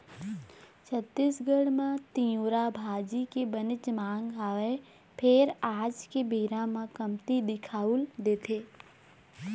छत्तीसगढ़ म तिंवरा भाजी के बनेच मांग हवय फेर आज के बेरा म कमती दिखउल देथे